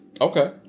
okay